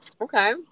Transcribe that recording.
Okay